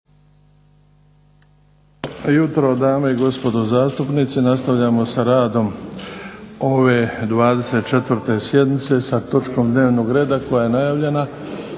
jutro dame i gospodo zastupnici. Nastavljamo sa radom ove 24. sjednice sa točkom dnevnog reda koja je najavljena,